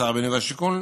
לשר הבינוי והשיכון,